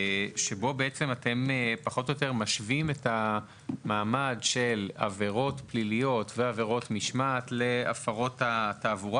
אתם משווים את המעמד של עבירות פליליות ועבירות משמעת להפרות התעבורה,